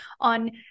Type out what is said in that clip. on